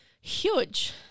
huge